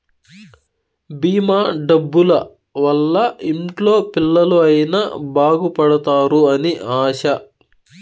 భీమా డబ్బుల వల్ల ఇంట్లో పిల్లలు అయిన బాగుపడుతారు అని ఆశ